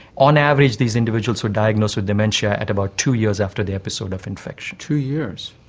on average these individuals were diagnosed with dementia and about two years after the episode of infection. two years?